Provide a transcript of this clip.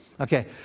Okay